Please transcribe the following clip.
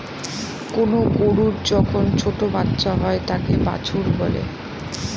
কোনো গরুর যখন ছোটো বাচ্চা হয় তাকে বাছুর বলে